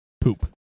Poop